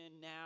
now